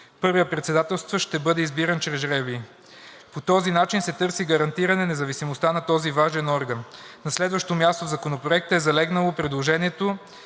Първият председателстващ ще бъде избиран чрез жребий. По този начин се търси гарантиране независимостта на този важен орган. На следващо място в Законопроекта е залегнало предложението